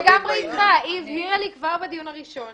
הבהירה לי כבר בדיון הראשון